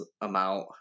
amount